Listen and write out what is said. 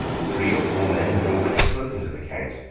three or four men had already spoken to the count,